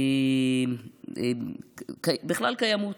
ובכלל קיימות.